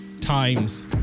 times